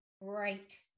Right